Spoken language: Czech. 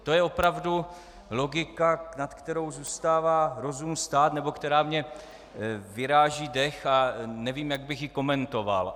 To je opravdu logika, nad kterou zůstává rozum stát nebo která mi vyráží dech a nevím, jak bych ji komentoval.